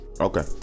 Okay